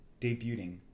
debuting